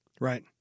Right